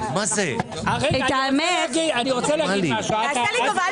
את האמת --- תעשה לי טובה,